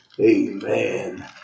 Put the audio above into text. Amen